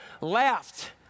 laughed